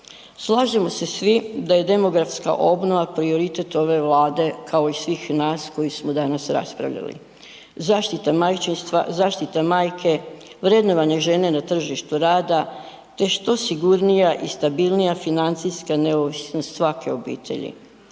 Slažemo se svi da je demografska obnova prioritet ove Vlade kao i svih nas koji smo danas raspravljali, zaštita majčinstva, zaštita majke, vrednovanje žene na tržištu rada te što sigurnija i stabilnija financijska neovisnost svake obitelji.